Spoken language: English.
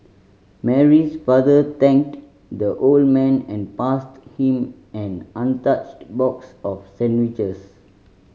Mary's father thanked the old man and passed him an untouched box of sandwiches